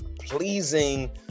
pleasing